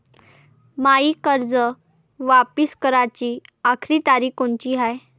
मायी कर्ज वापिस कराची आखरी तारीख कोनची हाय?